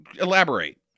Elaborate